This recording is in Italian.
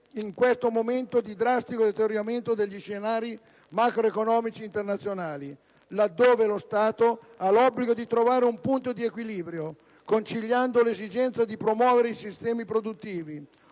in questo momento di drastico deterioramento degli scenari macroeconomici internazionali, laddove lo Stato ha l'obbligo di trovare un punto di equilibrio conciliando l'esigenza di promuovere i sistemi produttivi,